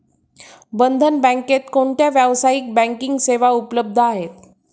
बंधन बँकेत कोणत्या व्यावसायिक बँकिंग सेवा उपलब्ध आहेत?